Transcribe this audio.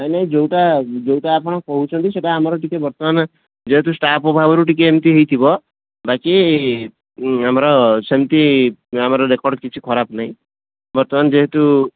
ନାହିଁ ନାହିଁ ଯେଉଁଟା ଯେଉଁଟା ଆପଣ କହୁଛନ୍ତି ସେଇଟା ଆମର ଟିକେ ବର୍ତ୍ତମାନ ଯେହେତୁ ଷ୍ଟାଫ୍ ଅଭାବରୁ ଟିକେ ଏମିତି ହେଇଥିବ ବାକି ଆମର ସେମିତି ଆମର ରେକର୍ଡ଼ କିଛି ଖରାପ ନାହିଁ ବର୍ତ୍ତମାନ ଯେହେତୁ